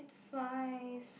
flies